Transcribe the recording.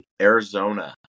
Arizona